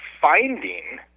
finding